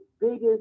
biggest